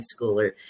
schooler